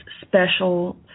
special